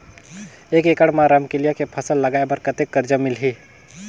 एक एकड़ मा रमकेलिया के फसल लगाय बार कतेक कर्जा मिलही?